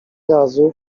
razu